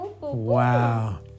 Wow